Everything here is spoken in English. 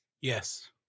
Yes